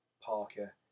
Parker